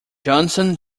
johnson